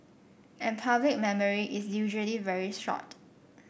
and public memory is usually very short